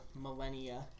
millennia